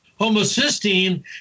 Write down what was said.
homocysteine